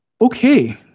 Okay